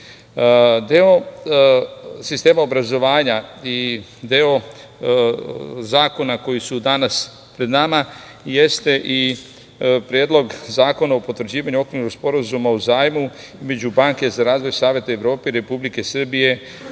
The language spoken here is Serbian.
sistema obrazovanja i deo zakona koji su danas pred nama jeste i Predlog zakona o potvrđivanju Okvirnog sporazuma o zajmu između Banke za razvoj Saveta Evrope i Republike Srbije